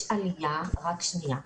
רק שנייה.